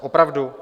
Opravdu?